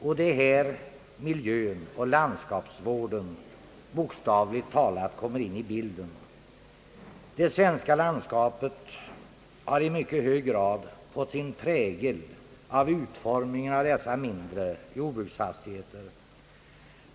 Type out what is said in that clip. Och det är här miljön och landskapsvården bokstavligt talat kommer in i bilden. Det svenska landskapet har i mycket hög grad fått sin prägel av utformningen av de mindre jordbruksfastigheterna.